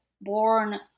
born